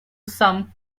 some